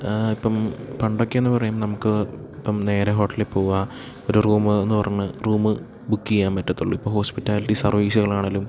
ഇപ്പം പണ്ടൊക്കെയെന്ന് പറയുമ്പോള് നമുക്കിപ്പം നേരെ ഹോട്ടലിൽ പോവുക ഒരു റൂമെന്ന് പറഞ്ഞ് റൂം ബുക്ക് ചെയ്യാന് പറ്റള്ളൂ ഇപ്പോള് ഹോസ്പിറ്റാലിറ്റി സർവീസുകളാണെങ്കിലും